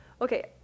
Okay